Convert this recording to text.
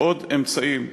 עוד אמצעים,